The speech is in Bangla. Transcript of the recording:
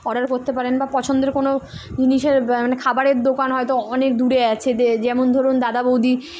অর্ডার করতে পারেন বা পছন্দের কোনো জিনিসের মানে খাবারের দোকান হয়তো অনেক দূরে আছে যে যেমন ধরুন দাদা বৌদি